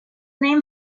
name